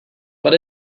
but